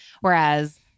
Whereas